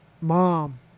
Mom